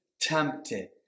tempted